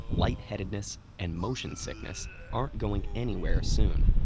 light-headedness, and motion sickness aren't going anywhere soon.